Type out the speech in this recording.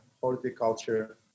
horticulture